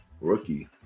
rookie